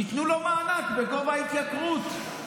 תיתנו לו מענק בגובה ההתייקרות,